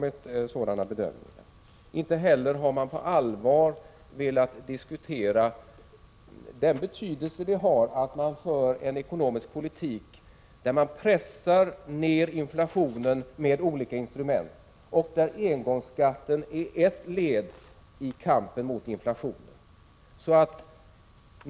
Inte heller har man på allvar velat diskutera den betydelse det har att man med olika instrument inom den ekonomiska politiken pressar ned inflationen — och engångsskatten är ett led i kampen mot inflationen.